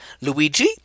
Luigi